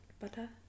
Butter